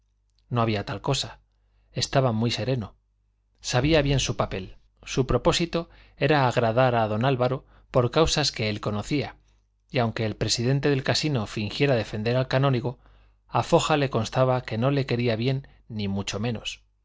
no había tal cosa estaba muy sereno bien sabía su papel su propósito era agradar a don álvaro por causas que él conocía y aunque el presidente del casino fingiera defender al canónigo a foja le constaba que no le quería bien ni mucho menos